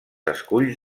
esculls